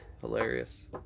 Hilarious